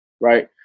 right